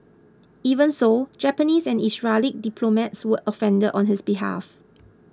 even so Japanese and Israeli diplomats were offended on his behalf